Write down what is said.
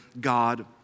God